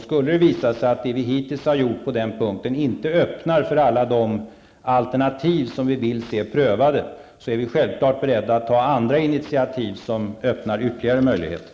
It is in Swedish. Skulle det visa sig att det vi hittills har gjort på den punkten inte öppnar för alla de alternativ som vi vill se prövade, då är vi självfallet beredda att ta andra initiativ som öppnar ytterligare möjligheter.